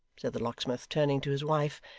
said the locksmith, turning to his wife,